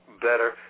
better